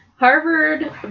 Harvard